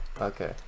Okay